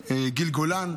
גיל גולן,